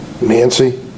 Nancy